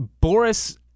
Boris